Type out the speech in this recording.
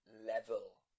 level